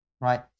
right